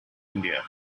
india